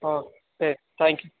ഓ ശരി thank you